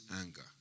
anger